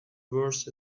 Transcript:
worth